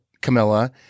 Camilla